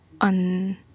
on